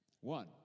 One